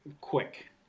quick